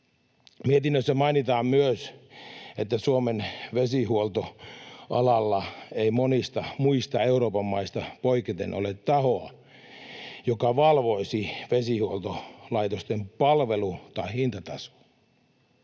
Mietinnössä mainitaan myös, että Suomen vesihuoltoalalla ei monista muista Euroopan maista poiketen ole tahoa, joka valvoisi vesihuoltolaitosten palvelu- ja hintatasoa.